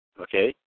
okay